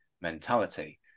mentality